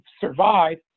survive